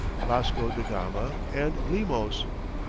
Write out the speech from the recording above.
vasco da gama and lemos.